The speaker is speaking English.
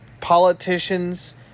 politicians